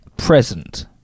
Present